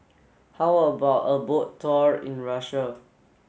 how about a boat tour in Russia